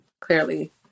clearly